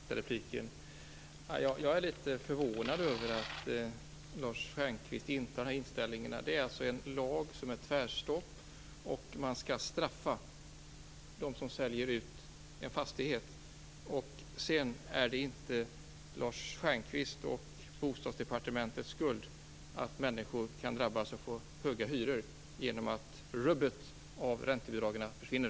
Fru talman! Jag är litet förvånad över att Lars Stjernkvist har den här inställningen. Det är alltså en lag som är ett tvärstopp, och man skall straffa dem som säljer ut en fastighet. Sedan är det inte Lars Stjernkvists och Bostadsdepartementets skuld att människor kan drabbas och få höga hyror genom att rubbet av räntebidragen försvinner.